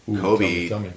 Kobe